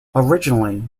originally